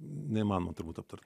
neįmanoma turbūt aptart